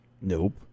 Nope